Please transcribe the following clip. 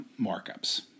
markups